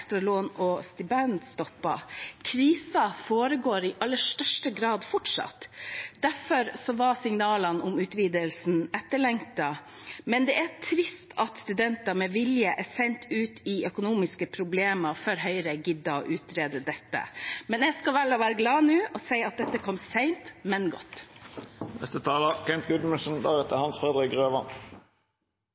lån og stipend til studenter stoppet; krisen foregår i aller høyeste grad fortsatt. Derfor var signalene om utvidelsen etterlengtet, men det er trist at studenter med vilje er sendt ut i økonomiske problemer før Høyre gidder å utrede dette. Men jeg skal velge å være glad nå og si at dette kom sent, men godt.